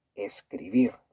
Escribir